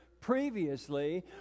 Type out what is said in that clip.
previously